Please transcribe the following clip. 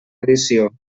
edició